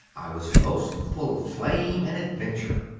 i was most full of flame and adventure.